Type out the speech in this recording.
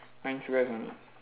nine squares only